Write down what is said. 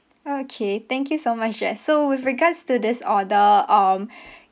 okay thank you so much jess so with regards to this order um